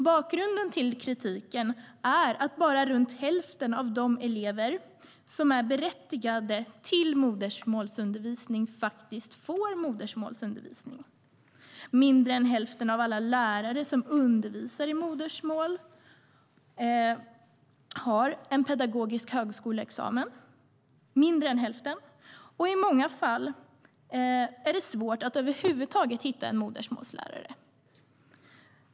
Bakgrunden till kritiken är att bara runt hälften av de elever som är berättigade till modersmålsundervisning faktiskt får det. Mindre än hälften av alla lärare som undervisar i modersmål har en pedagogisk högskoleexamen. I många fall är det svårt att över huvud taget hitta modersmålslärare.